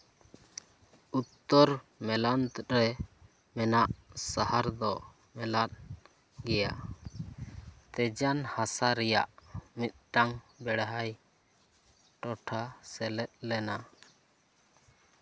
ᱩᱛᱛᱚᱨ ᱢᱮᱞᱟᱱᱛᱷ ᱨᱮ ᱢᱮᱱᱟᱜ ᱥᱟᱦᱟᱨ ᱫᱚ ᱢᱮᱞᱟᱫ ᱜᱮᱭᱟ ᱛᱮᱡᱟᱱ ᱦᱟᱥᱟ ᱨᱮᱭᱟᱜ ᱢᱤᱫᱴᱟᱝ ᱵᱮᱲᱦᱟᱭ ᱴᱚᱴᱷᱟ ᱥᱮᱞᱮᱫ ᱞᱮᱱᱟ